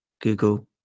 Google